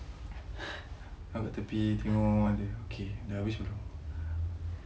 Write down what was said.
aku kat tepi tengok aje dah habis belum